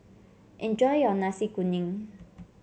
enjoy your Nasi Kuning